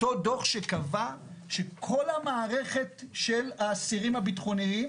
אותו דוח שקבע שכל המערכת של האסירים הביטחוניים